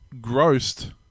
grossed